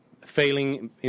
failing